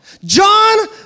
John